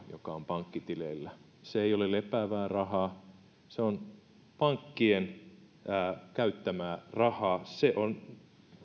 joka on pankkitileillä se ei ole lepäävää rahaa se on pankkien käyttämää rahaa se on